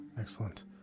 excellent